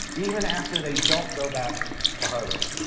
even after they don't go back to harvard,